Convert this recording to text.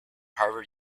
harvard